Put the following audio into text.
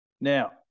Now